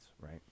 right